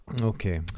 Okay